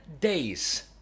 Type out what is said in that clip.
days